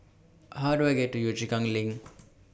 How Do I get to Yio Chu Kang LINK